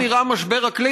כך נראה משבר אקלים.